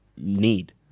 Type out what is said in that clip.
need